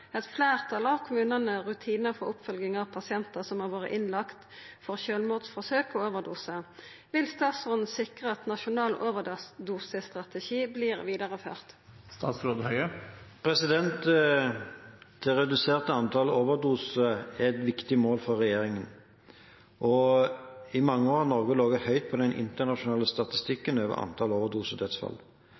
eit fleirtal av kommunane rutinar for oppfølging av pasientar som har vore innlagt for sjølvmordsforsøk og overdosar. Vil statsråden sikre at nasjonal overdosestrategi blir vidareført?» Det å redusere antall overdoser er et viktig mål for regjeringen. I mange år har Norge ligget høyt på den internasjonale statistikken over antall overdosedødsfall.